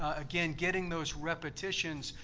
again, getting those repetitions.